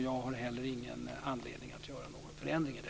Jag har heller ingen anledning att göra någon förändring i det.